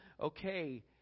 Okay